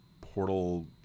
portal